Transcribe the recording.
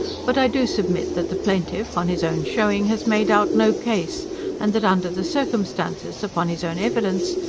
but i do submit that the plaintiff, on his own showing, has made out no case and that under the circumstances, upon his own evidence,